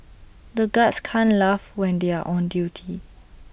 the guards can't laugh when they are on duty